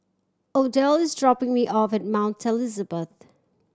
Odell is dropping me off at Mount Elizabeth